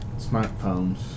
smartphones